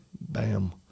bam